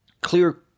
clear